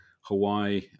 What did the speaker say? Hawaii